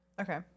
Okay